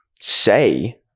say